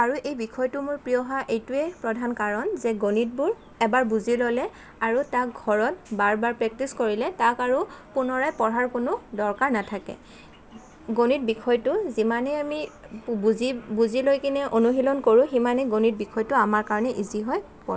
আৰু এই বিষয়টো মোৰ প্ৰিয় হোৱাৰ এইটোৱে প্ৰধান কাৰণ যে গণিতবোৰ এবাৰ বুজি ল'লে আৰু তাক ঘৰত বাৰ বাৰ প্ৰেক্টিচ কৰিলে তাক আৰু পুনৰাই পঢ়াৰ কোনো দৰকাৰ নাথাকে গণিত বিষয়টো যিমানে আমি বুজি বুজি লৈ কিনে অনুশীলন কৰোঁ সিমানে গণিত বিষয়টো আমাৰ কাৰণে ইজি হৈ পৰে